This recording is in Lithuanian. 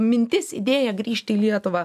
mintis idėja grįžt į lietuvą